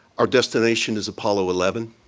our destination is apollo eleven.